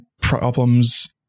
problems